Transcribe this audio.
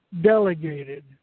delegated